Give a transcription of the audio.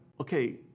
okay